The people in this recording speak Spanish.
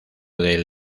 del